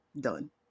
done